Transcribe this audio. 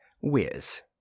Whiz